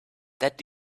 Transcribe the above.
that